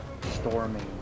storming